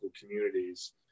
communities